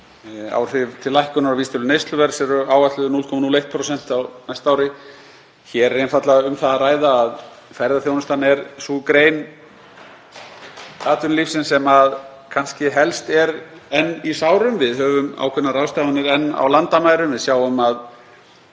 Áhrif til lækkunar á vísitölu neysluverðs eru áætluð 0,01% á næsta ári. Hér er einfaldlega um það að ræða að ferðaþjónustan er sú grein atvinnulífsins sem kannski er helst enn í sárum. Við höfum ákveðnar ráðstafanir enn á landamærum. Við sjáum að